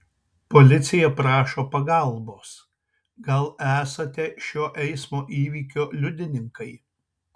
policija prašo pagalbos gal esate šio eismo įvykio liudininkai